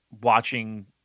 watching